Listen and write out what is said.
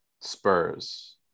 Spurs